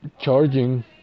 charging